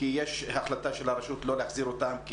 כי יש החלטה של הרשות לא להחזיר אותם.